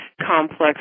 complex